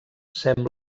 sembla